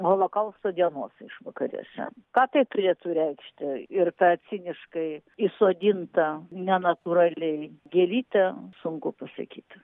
holokausto dienos išvakarėse ką tai turėtų reikšti ir tą ciniškai įsodinta nenatūraliai gėlytę sunku pasakyti